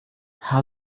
how